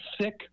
sick